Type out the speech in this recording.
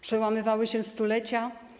Przełamywały się stulecia.